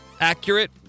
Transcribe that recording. accurate